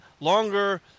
longer